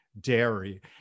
dairy